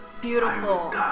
Beautiful